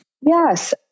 Yes